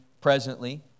presently